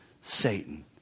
Satan